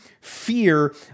fear